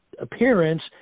appearance